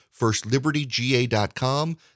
Firstlibertyga.com